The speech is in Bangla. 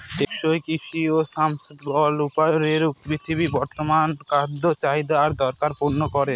টেকসই কৃষি সাস্টেইনাবল উপায়ে পৃথিবীর বর্তমান খাদ্য চাহিদা আর দরকার পূরণ করে